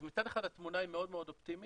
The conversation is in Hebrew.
אז מצד אחד התמונה מאוד אופטימית